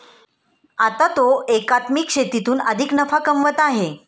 आता तो एकात्मिक शेतीतून अधिक नफा कमवत आहे